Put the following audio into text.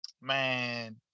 man